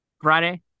Friday